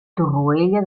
torroella